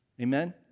Amen